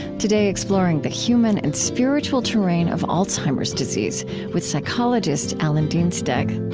today exploring the human and spiritual terrain of alzheimer's disease with psychologist alan dienstag